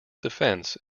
defence